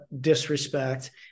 disrespect